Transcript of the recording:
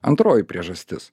antroji priežastis